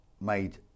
made